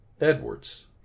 Edwards